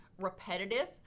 repetitive